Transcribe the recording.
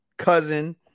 Cousin